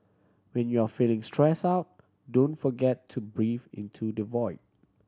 when you are feeling stress out don't forget to breathe into the void